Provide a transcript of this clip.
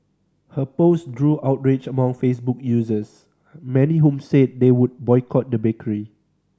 her post drew outrage among Facebook users many whom said they would boycott the bakery